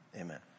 Amen